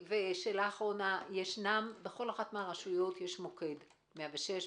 ושאלה אחרונה - בכל אחת מהרשויות יש מוקד 106,